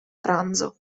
pranzo